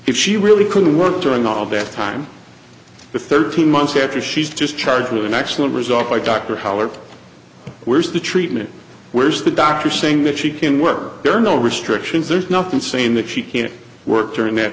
if she really couldn't work during all that time the thirteen months after she's just charged with an actual result by dr howard where's the treatment where's the doctor saying that she can work there are no restrictions there's nothing saying that she can't work during that